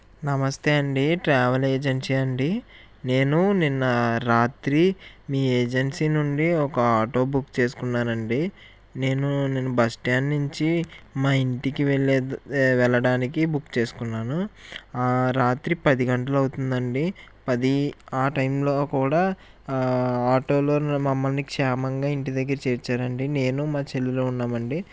నమస్తే అండీ ట్రావెల్ ఏజెన్సీయా అండి నేను నిన్న రాత్రి మీ ఏజెన్సీ నుండి ఒక ఆటో బుక్ చేసుకున్నాను అండి నేను నేను బస్ స్టాండ్ నుంచి మా ఇంటికి వెళ్ళే వెళ్ళడానికి బుక్ చేసుకున్నాను ఆ రాత్రి పది గంటలు అవుతుంది అండి పది ఆ టైంలో కూడా ఆటోలో మమ్మల్ని క్షేమంగా ఇంటి దగ్గర చేర్చారండి నేను మా చెల్లెలు ఉన్నాం అండి